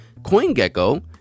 CoinGecko